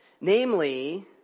Namely